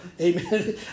amen